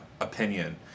opinion